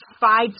five